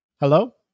Hello